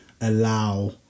allow